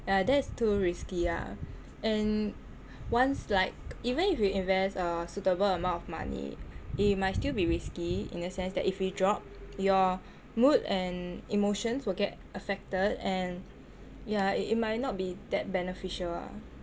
ya that's too risky ah and once like even if you invest a suitable amount of money it might still be risky in the sense that if it drop your mood and emotions will get affected and ya it might not be that beneficial lah